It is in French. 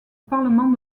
parlement